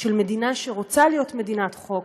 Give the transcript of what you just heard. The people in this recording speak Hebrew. של מדינה שרוצה להיות מדינת חוק,